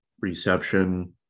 reception